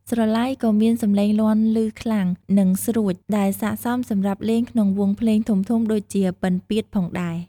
ស្រឡៃក៏មានសំឡេងលាន់ឮខ្លាំង និងស្រួច ដែលស័ក្តិសមសម្រាប់លេងក្នុងវង់ភ្លេងធំៗដូចជា ពិណពាទ្យផងដែរ។